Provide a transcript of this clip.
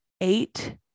eight